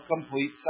complete